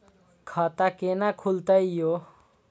खाता केना खुलतै यो